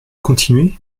continuer